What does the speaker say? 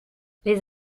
les